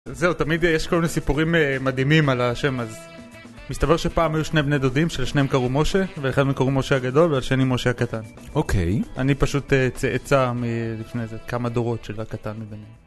זהו, תמיד יש כל מיני סיפורים מדהימים על השם, אז... מסתבר שפעם היו שני בני דודים, שלשניהם קראו משה, ואחד מהם קראו משה הגדול, והשני משה הקטן. אוקיי. אני פשוט צאצא מלפני איזה כמה דורות של הקטן מביניהם